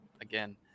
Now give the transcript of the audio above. again